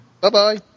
Bye-bye